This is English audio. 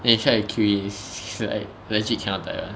then you try to kill it it's like legit~ cannot die [one]